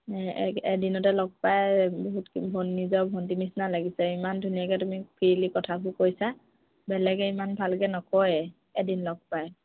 এদিনতে লগ পাই বহুত নিজৰ ভণ্টী নিচিনা লাগিছে ইমান ধুনীয়াকে তুমি ফ্ৰীলি কথাবোৰ কৈছা বেলেগে ইমান ভালকে নকয়ে এদিন লগ পাই